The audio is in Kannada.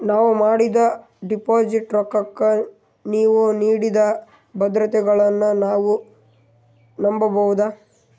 ನಾವು ಮಾಡಿದ ಡಿಪಾಜಿಟ್ ರೊಕ್ಕಕ್ಕ ನೀವು ನೀಡಿದ ಭದ್ರತೆಗಳನ್ನು ನಾವು ನಂಬಬಹುದಾ?